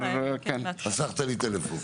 חסכת לי טלפון.